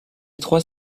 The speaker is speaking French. trois